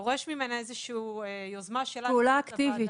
ננקוט ב "שיוויון מגדרי",